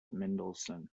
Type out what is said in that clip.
mendelssohn